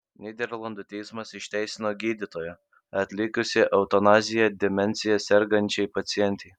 nyderlandų teismas išteisino gydytoją atlikusį eutanaziją demencija sergančiai pacientei